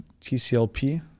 TCLP